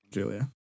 Julia